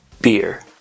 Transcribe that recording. Beer